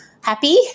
happy